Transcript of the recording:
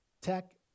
tech